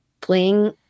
playing